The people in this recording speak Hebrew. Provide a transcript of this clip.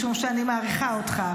משום שאני מעריכה אותך,